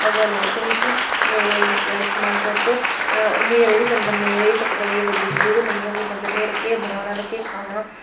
हवा लैने आस्तै निं उसी इस्तेमाल करदे न्हेरे बी बंदा नेईं रेही सकदा अगर बिजली दा नेईं होग ते बंदे केह् बनाना ते केह् खाना